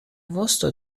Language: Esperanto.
vosto